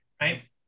right